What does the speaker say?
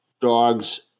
dogs